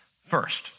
first